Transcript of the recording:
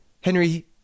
Henry